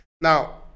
now